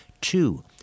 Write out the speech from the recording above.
Two